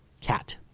cat